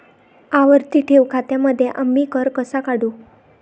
आवर्ती ठेव खात्यांमध्ये आम्ही कर कसा काढू?